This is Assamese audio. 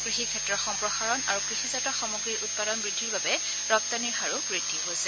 কৃষি ক্ষেত্ৰৰ সম্প্ৰসাৰণ আৰু কৃষিজাত সামগ্ৰীৰ উৎপাদন বৃদ্ধিৰ বাবে ৰপ্তানিৰ হাৰো বৃদ্ধি হৈছে